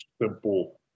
simple